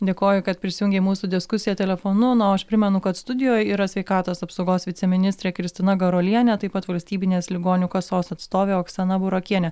dėkoju kad prisijungė į mūsų diskusiją telefonu no o aš primenu kad studijoj yra sveikatos apsaugos viceministrė kristina garuolienė taip pat valstybinės ligonių kasos atstovė oksana burokienė